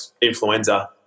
influenza